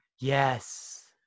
Yes